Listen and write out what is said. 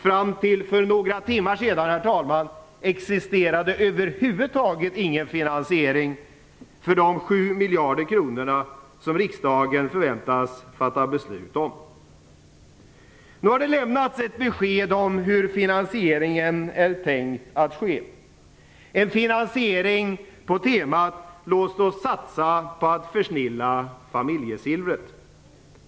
Fram till för några timmar sedan existerade över huvud taget ingen finansiering för de 7 miljarder kronor som riksdagen förväntas fatta beslut om. Nu har det lämnats ett besked om hur finansieringen är tänkt att ske. Det är en finansiering på temat låt oss satsa på att försnilla familjesilvret.